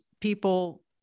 people